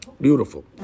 Beautiful